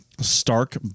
Stark